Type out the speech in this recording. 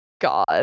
God